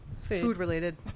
food-related